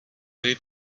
lead